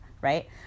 right